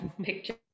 picture